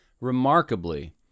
remarkably